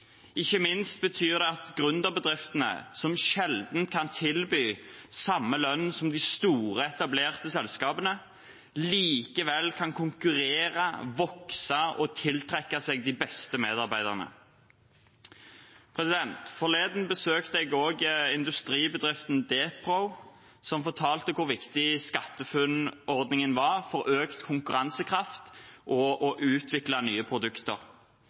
Ikke minst betyr det at gründerbedriftene, som sjelden kan tilby samme lønn som de store, etablerte selskapene, likevel kan konkurrere, vokse og tiltrekke seg de beste medarbeiderne. Forleden besøkte jeg også industribedriften Depro, som fortalte hvor viktig SkatteFunn-ordningen var for økt konkurransekraft og for å utvikle nye produkter.